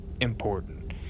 important